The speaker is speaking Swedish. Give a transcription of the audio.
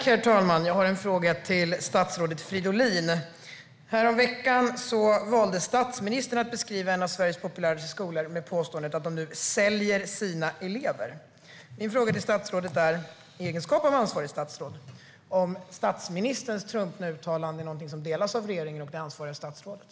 Herr talman! Jag har en fråga till statsrådet Fridolin. Häromveckan valde statsministern att beskriva en av Sveriges populäraste skolor med påståendet att man nu säljer sina elever. Min fråga till ansvarigt statsråd är om statsministerns trumpna uttalande är någonting som stöds av det ansvariga statsrådet och den övriga regeringen.